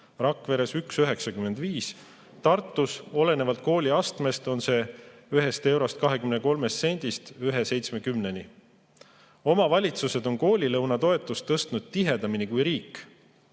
Rakveres 1,95 ja Tartus olenevalt kooliastmest 1,23–1,70 [eurot]. Omavalitsused on koolilõunatoetust tõstnud tihedamini kui riik.